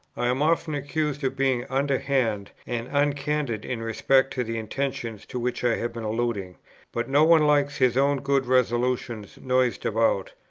i am often accused of being underhand and uncandid in respect to the intentions to which i have been alluding but no one likes his own good resolutions noised about,